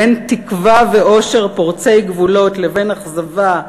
בין תקווה ואושר פורצי גבולות לבין אכזבה,